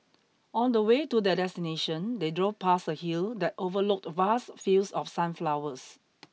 on the way to their destination they drove past a hill that overlooked vast fields of sunflowers